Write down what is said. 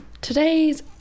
today's